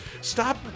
stop